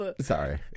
Sorry